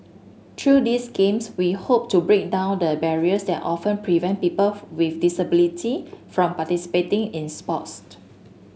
through these games we hope to break down the barriers that often prevent people with disability from participating in